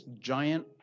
giant